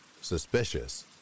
Suspicious